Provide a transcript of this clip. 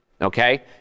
Okay